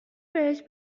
بهش